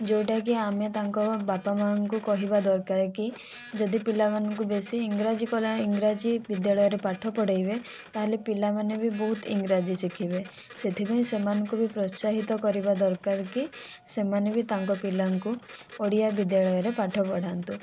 ଯେଉଁଟା କି ଆମେ ତାଙ୍କ ବାପା ମାଆ ଙ୍କୁ କହିବା ଦରକାର କି ଯଦି ପିଲାମାନଙ୍କୁ ବେଶୀ ଇଂରାଜୀ ଇଂରାଜୀ ବିଦ୍ୟାଳୟରେ ପାଠ ପଢ଼ାଇବେ ତାହେଲେ ପିଲାମାନେ ବି ବହୁତ ଇଂରାଜୀ ଶିଖିବେ ସେଥି ପାଇଁ ସେମାନଙ୍କୁ ବି ପ୍ରୋତ୍ସାହିତ କରିବା ଦରକାର କି ସେମାନେ ବି ତାଙ୍କ ପିଲାଙ୍କୁ ଓଡ଼ିଆ ବିଦ୍ୟାଳୟରେ ପାଠ ପଢ଼ାନ୍ତୁ